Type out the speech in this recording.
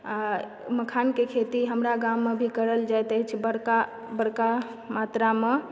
आ मखानके खेती हमरा गाममे भी करल जाइत अछि बड़का बड़का मात्रामऽ